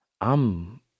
I'm-